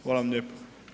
Hvala vam lijepo.